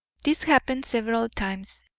this happened several times.